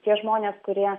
tie žmonės kurie